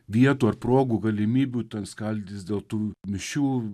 vietų ar progų galimybių ten skaldytis dėl tų mišių